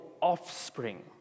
offspring